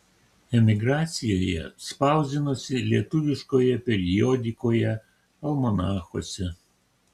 emigracijoje spausdinosi lietuviškoje periodikoje almanachuose